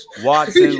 Watson